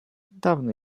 dawno